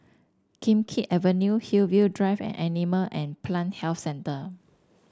Kim Keat Avenue Hillview Drive and Animal and Plant Health Centre